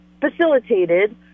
facilitated